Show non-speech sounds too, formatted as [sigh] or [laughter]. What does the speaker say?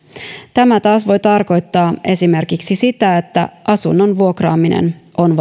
tämä taas voi tarkoittaa esimerkiksi sitä että asunnon vuokraaminen on [unintelligible]